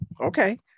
okay